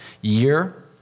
year